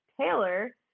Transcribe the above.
taylor